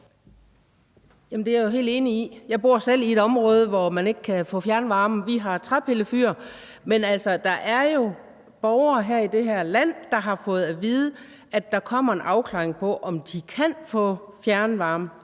Jeg bor selv i et område, hvor man ikke kan få fjernvarme; vi har træpillefyr. Men altså, der er jo borgere i det her land, der har fået at vide, at der kommer en afklaring på, om de kan få fjernvarme